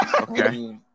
Okay